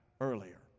earlier